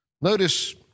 Notice